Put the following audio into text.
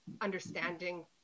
understanding